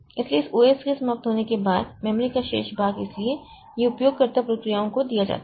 इसलिए इस OS के समाप्त होने के बाद मेमोरी का शेष भाग इसलिए यह उपयोगकर्ता प्रक्रियाओं को दिया जाता है